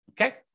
okay